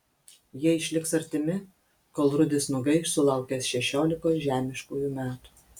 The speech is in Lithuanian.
jie išliks artimi kol rudis nugaiš sulaukęs šešiolikos žemiškųjų metų